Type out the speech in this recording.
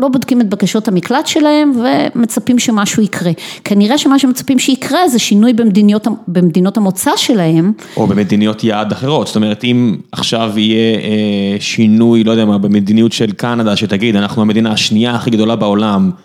לא בודקים את בקשות המקלט שלהם ומצפים שמשהו יקרה. כנראה שמה שמצפים שיקרה זה שינוי במדינות המוצא שלהם. או במדינות יעד אחרות. זאת אומרת, אם עכשיו יהיה שינוי, לא יודע מה, במדיניות של קנדה, שתגיד, אנחנו המדינה השנייה הכי גדולה בעולם.